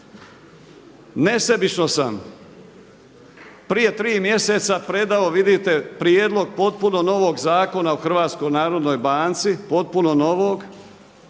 Nesebično sam prije 3 mjeseca predao, vidite, prijedlog potpuno novog Zakona o HNB-u, potpuno novog,